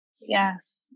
Yes